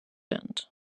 end